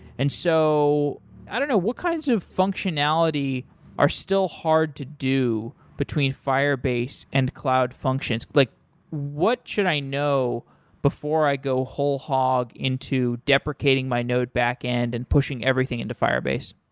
and so i do know. what kinds of functionality are still hard to do between firebase and cloud functions? like what should i know before i go whole hog into deprecating my node backend and pushing everything into firebase?